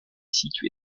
situé